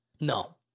No